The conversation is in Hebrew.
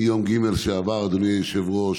ביום ג' שעבר, אדוני היושב-ראש,